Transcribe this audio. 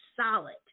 solid